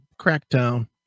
crackdown